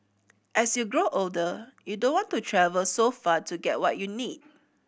as you grow older you don't want to travel so far to get what you need